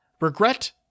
Regret